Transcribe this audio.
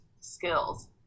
skills